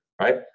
right